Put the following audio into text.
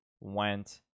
went